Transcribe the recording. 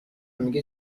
میگه